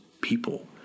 people